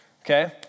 okay